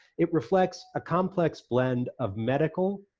it reflects a complex blend of medical,